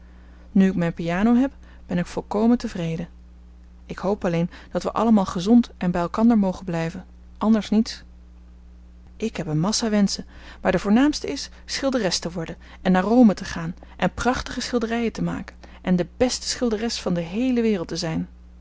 nu ik mijn piano heb ben ik volkomen tevreden ik hoop alleen dat we allemaal gezond en bij elkander mogen blijven anders niets ik heb een massa wenschen maar de voornaamste is schilderes te worden en naar rome te gaan en prachtige schilderijen te maken en de beste schilderes van de heele wereld te zijn